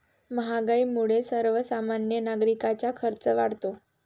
महागाईमुळे सर्वसामान्य नागरिकांचा खर्च वाढतो